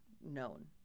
known